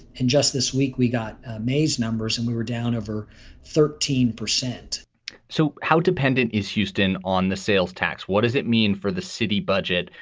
and just this week, we got may's numbers and we were down over thirteen percent so how dependent is houston on the sales tax? what does it mean for the city budget?